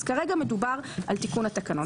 אז כרגע מדובר על תיקון התקנון.